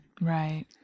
Right